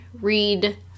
read